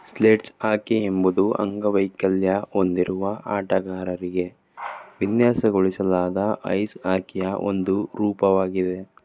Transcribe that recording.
sledge hockey ಎಂಬುದು ಅಂಗವೈಕಲ್ಯ ಹೊಂದಿರುವ ಆಟಗಾರರಿಗೆ ವಿನ್ಯಾಸಗೊಳಿಸಲಾದ ಐಸ್ ಹಾಕಿಯ ಒಂದು ರೂಪವಾಗಿದೆ